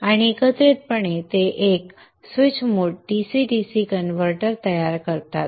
आणि एकत्रितपणे ते एक switch mode DC DC converter तयार करतात